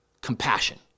compassion